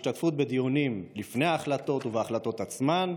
השתתפות בדיונים לפני ההחלטות ובהחלטות עצמן,